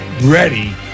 ready